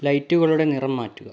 ലൈറ്റുകളുടെ നിറം മാറ്റുക